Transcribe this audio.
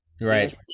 Right